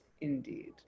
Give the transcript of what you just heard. Indeed